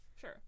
sure